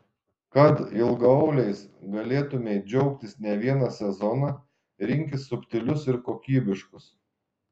kad ilgaauliais galėtumei džiaugtis ne vieną sezoną rinkis subtilius ir kokybiškus